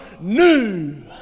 new